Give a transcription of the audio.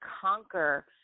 conquer